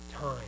time